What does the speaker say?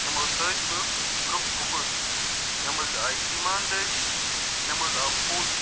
یِمو سۭتۍ بہٕ برٛونٛہہ پوٚکُس مےٚ منٛز آے اِیمان دٲری مےٚ منٛز آو پوٚز